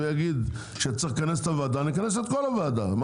ויגיד שצריך לכנס את הוועדה נכנס את כל הוועדה,